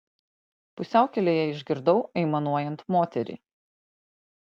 pusiaukelėje išgirdau aimanuojant moterį